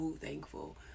thankful